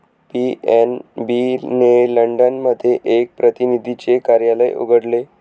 PNB ने London मध्ये एक प्रतिनिधीचे कार्यालय उघडले